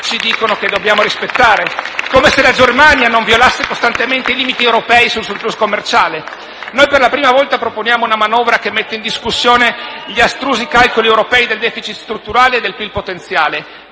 dai Gruppi M5S e L-SP-PSd'Az),* come se la Germania non violasse costantemente i limiti europei sul *surplus* commerciale. Noi per la prima volta proponiamo una manovra che mette in discussione gli astrusi calcoli europei del deficit strutturale e del PIL potenziale;